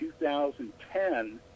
2010